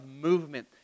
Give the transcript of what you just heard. movement